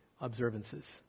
observances